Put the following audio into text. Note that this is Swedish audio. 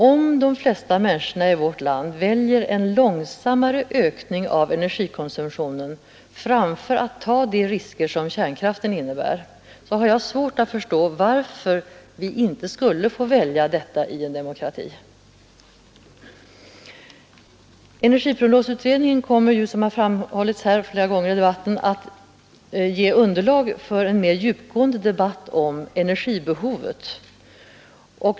Om de flesta människor i vårt land väljer en långsammare ökning av energikonsumtionen framför att ta de risker som kärnkraften innebär, har jag svårt att förstå varför vi inte skulle få välja detta i en demokrati. Energiprognosutredningen kommer ju, som framhållits flera gånger i denna debatt, att ge underlag för en mera djupgående diskussion om energibehovet.